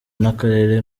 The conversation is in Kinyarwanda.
n’akarere